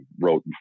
wrote